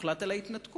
הוחלט על ההתנתקות.